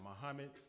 Muhammad